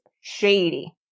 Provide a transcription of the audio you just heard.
shady